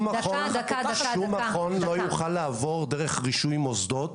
אגב, שום מכון לא יוכל לעבור דרך רישוי מוסדות.